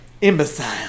Imbecile